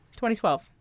2012